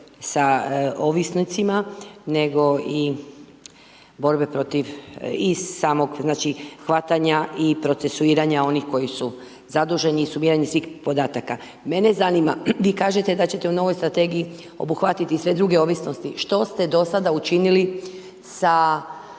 sa ovisnicima, nego i borbe protiv i samog, znači, hvatanja i procesuiranja onih koji su zaduženi su mjerenje svih podataka. Mene zanima, vi kažete da ćete u novoj strategiji obuhvatiti sve druge ovisnosti, što ste do sada učinili sa,